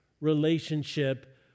relationship